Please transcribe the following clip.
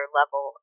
level